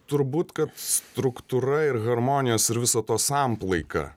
turbūt kad struktūra ir harmonijos ir viso to samplaika